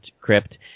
crypt